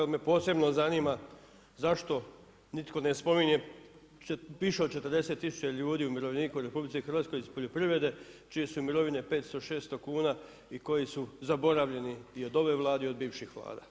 Ali me posebno zanima zašto nitko ne spominje više od 40000 ljudi, umirovljenika u RH iz poljoprivrede čije su mirovine 500, 600 kuna i koji su zaboravljeni i od ove Vlade i od bivših Vlada.